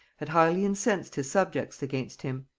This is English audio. had highly incensed his subjects against him.